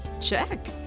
Check